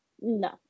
no